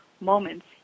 moments